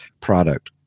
product